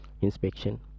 inspection